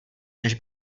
než